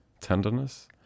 Tenderness